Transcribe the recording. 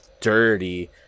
dirty